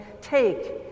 take